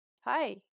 Hi